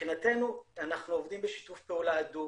מבחינתנו אנחנו עובדים בשיתוף פעולה הדוק,